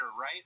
right